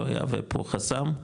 לא יהווה פה חסם,